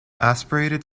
aspirated